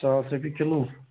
ساس رۅپیہِ کِلوٗ